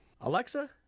Alexa